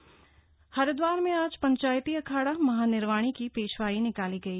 पेशवाई हरिदवार में आज पंचायती अखाड़ा महानिर्वाणी की पेशवाई निकाली गई